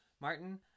Martin